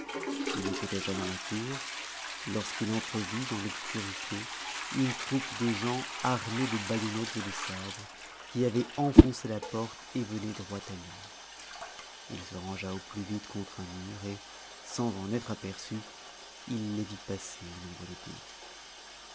h était déjà dans la cour lorsqu'il entrevit dans l'obscurité une troupe de gens armés de baïonnettes et de sabres qui avaient enfoncé la porte et venaient droit à lui ii se rangea au plus vite contre un mur et sans en être aperçu il les vit passer au nombre de dix